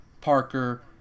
Parker